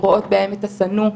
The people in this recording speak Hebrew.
רואות בהם את השנוא,